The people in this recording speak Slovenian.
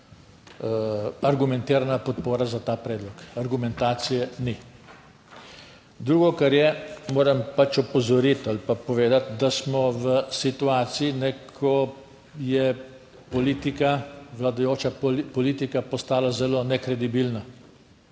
argumentirana podpora za ta predlog, argumentacije ni. Drugo, kar je, moram pač opozoriti ali pa povedati, da smo v situaciji, ko je politika, vladajoča politika, postala zelo nekredibilna.